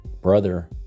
brother